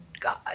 God